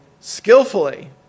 skillfully